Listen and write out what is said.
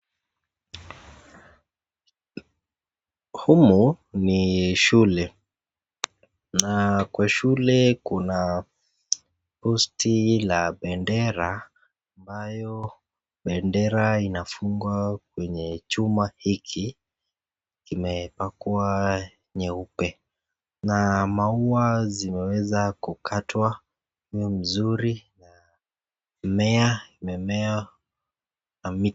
Humu ni shule. Na kwa shule kuna posti la bendera ambayo bendera inafungwa kwenye chuma hiki kimepakwa nyeupe. Na maua yameweza kukatwa vizuri na mmea imemea.